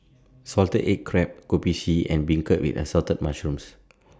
Salted Egg Crab Kopi C and Beancurd with Assorted Mushrooms